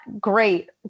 great